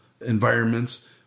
environments